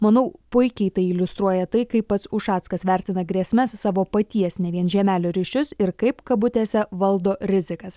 manau puikiai tai iliustruoja tai kaip pats ušackas vertina grėsmes savo paties ne vien žiemelio ryšius ir kaip kabutėse valdo rizikas